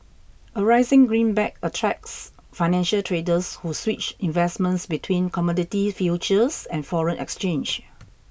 a rising greenback attracts financial traders who switch investments between commodity futures and foreign exchange